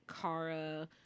Kara